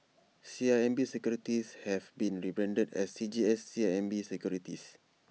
C I M B securities have been rebranded as C G S C I M B securities